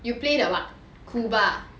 you play the what cube ah